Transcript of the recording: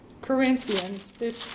Corinthians